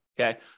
Okay